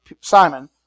Simon